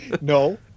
no